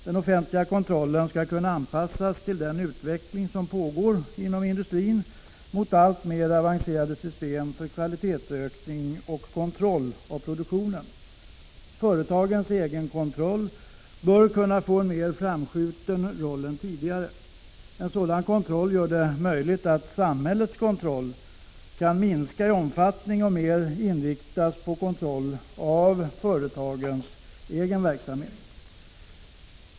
Den offentliga granskningen skall kunna anpassas till den utveckling som pågår inom industrin mot alltmera avancerade system för kvalitetsökning och kontroll av produktionen. Företagens egen kontroll bör kunna få en mer framskjuten roll än tidigare. En sådan granskning gör det möjligt att samhällets kontroll kan minska i omfattning och mer inriktas på kontroll av företagens egen verksamhet.